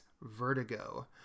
Vertigo